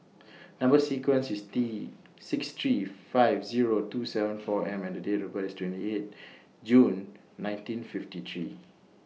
Number sequence IS T six three five Zero two seven four M and The Date of birth IS twenty eight June nineteen fifty three